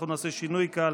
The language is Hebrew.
אנחנו נעשה שינוי קל